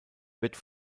wird